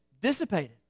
dissipated